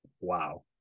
wow